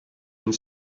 une